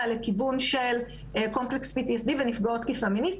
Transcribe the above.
לכיוון של Complex PTSD ונפגעות תקיפה מינית,